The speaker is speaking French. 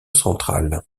centrale